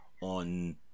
on